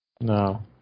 No